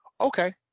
okay